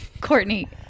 Courtney